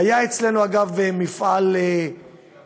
אגב, היה אצלנו מפעל מסח'נין,